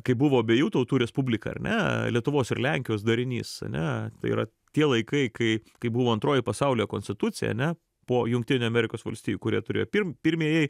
kaip buvo abiejų tautų respublika ar ne lietuvos ir lenkijos darinys ane tai yra tie laikai kai kai buvo antroji pasaulio konstitucija ane po jungtinių amerikos valstijų kurie turėjo pirm pirmieji